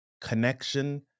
connection